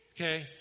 Okay